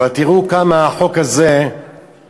אבל תראו כמה החוק הזה אבסורדי: